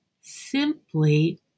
simply